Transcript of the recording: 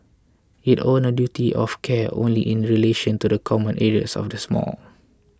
it owned a duty of care only in relation to the common areas of this mall